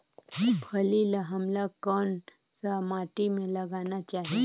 फल्ली ल हमला कौन सा माटी मे लगाना चाही?